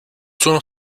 sono